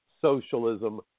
Socialism